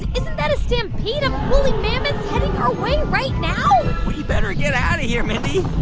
isn't that a stampede of woolly mammoths heading our way right now? we better get out of here,